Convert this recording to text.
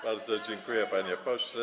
Bardzo dziękuję, panie pośle.